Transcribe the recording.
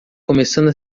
começando